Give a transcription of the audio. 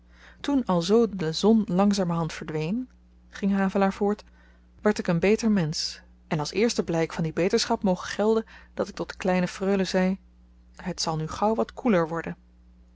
toen alzoo de zon langzamerhand verdween ging havelaar voort werd ik een beter mensch en als eerste blyk van die beterschap moge gelden dat ik tot de kleine freule zei het zal nu gauw wat koeler worden